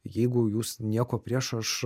jeigu jūs nieko prieš aš